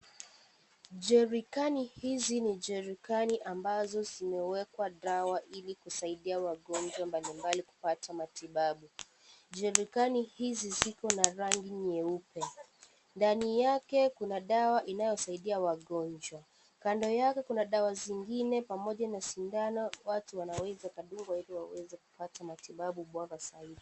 Jerican hizi ni Jerican ambazo zimewekwa dawa ili kusaidia wagonjwa mbali mbali kupata matibabu. Jerican Hizi ziko na rangi nyeupe. Ndani yake kuna dawa inayosaidia wagonjwa. Kando yake kuna dawa zingine pamoja na sindano watu wanaweza wakadungwa ili waweze kupata matibabu bora zaidi.